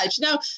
Now